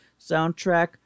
soundtrack